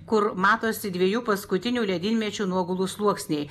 kur matosi dviejų paskutinių ledynmečių nuogulų sluoksniai